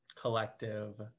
collective